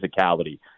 physicality